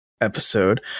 episode